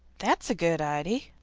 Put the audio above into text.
that's a good idy!